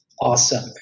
Awesome